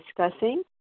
discussing